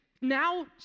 now